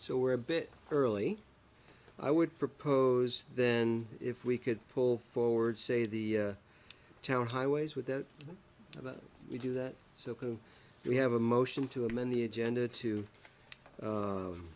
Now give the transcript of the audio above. so we're a bit early i would propose then if we could pull forward say the town highways with that you do that so can we have a motion to amend the agenda to